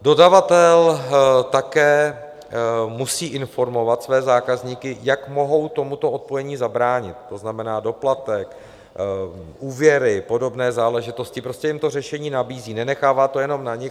Dodavatel také musí informovat své zákazníky, jak mohou tomuto odpojení zabránit, to znamená doplatek, úvěry, podobné záležitosti, prostě jim to řešení nabízí, nenechává to jenom na nic.